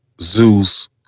Zeus